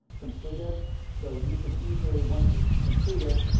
complete it so you can easily, once this is completed,